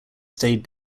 stayed